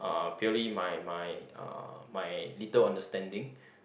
uh purely my my uh my little understanding